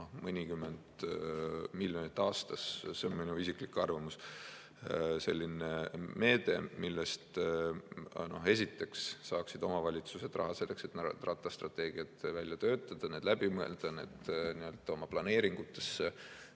mõnikümmend miljonit aastas. See on minu isiklik arvamus. Peaks olema selline meede, millest esiteks saaksid omavalitsused raha selleks, et rattastrateegiad välja töötada, need läbi mõelda, need [jalgratta]koridorid